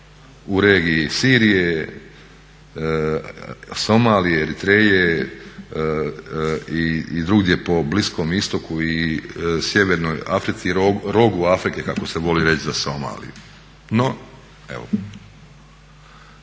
u regiji Sirije, Somalije, Eritreje i drugdje po Bliskom istoku i sjevernoj Africi, rogu Afrike kako se voli reći za Somaliju.